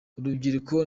urubyiruko